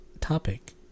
topic